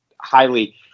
highly